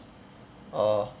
orh